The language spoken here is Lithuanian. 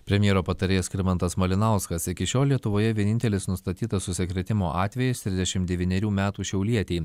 premjero patarėjas skirmantas malinauskas iki šiol lietuvoje vienintelis nustatytas užsikrėtimo atvejis trisdešim devynerių metų šiaulietei